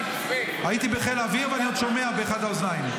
הייתי בחיל האוויר ואני עוד שומע באחת האוזניים,